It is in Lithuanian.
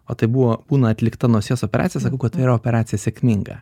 o tai buvo būna atlikta nosies operacija sakau kad operacija sėkminga